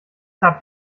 habt